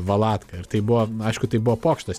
valatką ir tai buvo aišku tai buvo pokštas